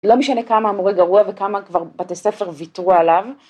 ‫לא משנה כמה המורה גרוע ‫וכמה כבר בתי ספר ויתרו עליו.